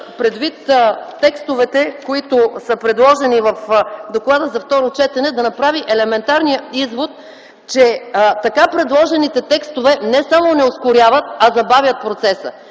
предвид текстовете, които са предложени в доклада за второ четене, да направи елементарния извод, че така предложените текстове не само не ускоряват, а забавят процеса.